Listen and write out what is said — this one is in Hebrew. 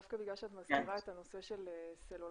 דווקא בגלל שאת מזכירה את הנושא של סלולרי,